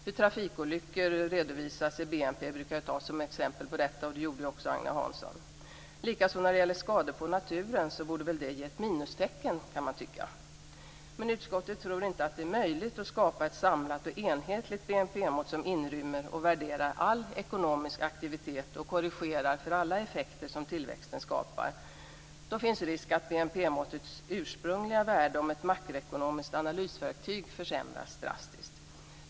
Hur trafikolyckor redovisas i BNP brukar tas som exempel på detta, och det gjorde ju också Agne Hansson. Man kan även tycka att skador på naturen borde ge ett minustecken. Men utskottet tror inte att det är möjligt att skapa ett samlat och enhetligt BNP-mått som inrymmer och värderar all ekonomisk aktivitet och korrigerar för alla effekter som tillväxten skapar. Då finns risk att BNP-måttets ursprungliga värde som ett makroekonomiskt analysverktyg försämras drastiskt.